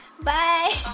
Bye